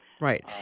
Right